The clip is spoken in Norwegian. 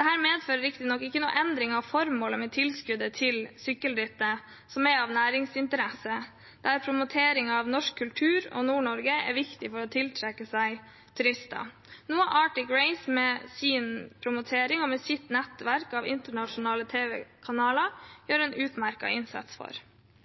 Det medfører riktignok ingen endring av formålet med tilskuddet til sykkelrittet, som er av næringsinteresse, der promoteringen av norsk kultur og Nord-Norge er viktig for å tiltrekke seg turister, noe Arctic Race med sin promotering og sitt nettverk av internasjonale tv-kanaler gjør en utmerket innsats for.